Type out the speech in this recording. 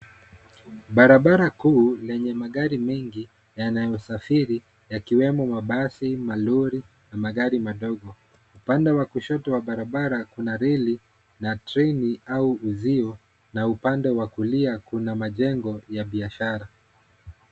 Barabara kuu lenye magari mengi yanayosafiri yakiwemo mabasi, malori magari madogo. Upande wa kushoto wa barabara kuna reli na treni au uzio, na upande wa kulia kuna majengo ya biashara.